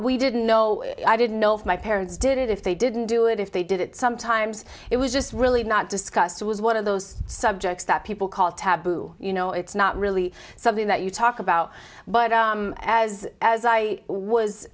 we didn't know i didn't know if my parents did it if they didn't do it if they did it sometimes it was just really not discussed it was one of those subjects that people call taboo you know it's not really something that you talk about but as as i was